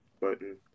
button